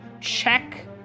check